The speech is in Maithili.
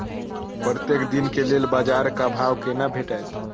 प्रत्येक दिन के लेल बाजार क भाव केना भेटैत?